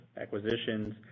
acquisitions